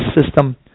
system